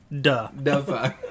duh